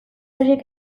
horiek